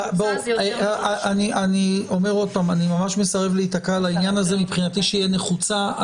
בוודאי דרג ניהולי שבדרך כלל מתעסק עם חומרים חסויים,